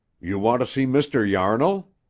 you want to see mr. yarnall?